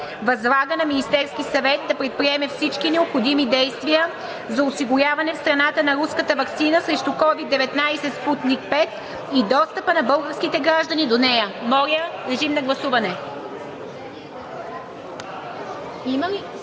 Възлага на Министерски съвет да предприеме всички необходими действия за осигуряване в страната на руската ваксина срещу COVID-19 „Спутник V“ и достъпа на българските граждани до нея.“ Гласували